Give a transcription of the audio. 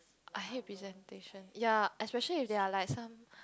I hate presentation ya especially if there are like some